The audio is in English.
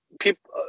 People